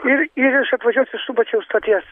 ir ir iš atvažiuos iš subačiaus stoties